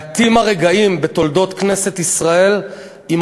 מעטים הרגעים בתולדות כנסת ישראל עם